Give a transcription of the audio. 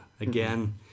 again